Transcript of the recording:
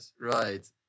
right